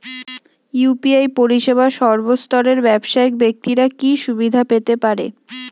UPI পরিসেবা সর্বস্তরের ব্যাবসায়িক ব্যাক্তিরা কি সুবিধা পেতে পারে?